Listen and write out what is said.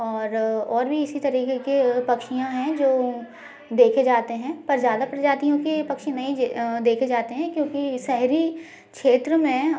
और और भी इसी तरीके के पक्षियाँ हैं जो देखे जाते हैं पर ज्यादा प्रजातियो के पक्षी नहीं देखे जाते हैं क्योंकि शहरी क्षेत्र में